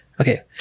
Okay